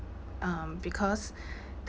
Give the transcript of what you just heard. um because